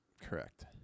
Correct